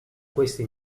questi